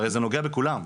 הרי זה נוגע לכולם.